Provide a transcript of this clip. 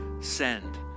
send